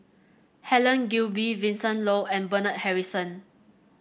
Helen Gilbey Vincent Leow and Bernard Harrison